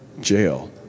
jail